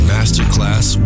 Masterclass